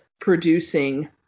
producing